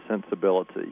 sensibility